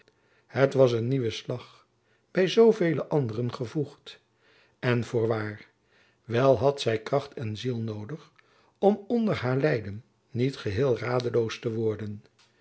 het was een nieuwe slag by zoovele anderen gevoegd en voorwaar wel had zy kracht van ziel noodig om onder haar lijden niet geheel radeloos te worden